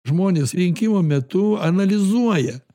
žmonės rinkimų metu analizuoja